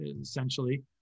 essentially